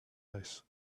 house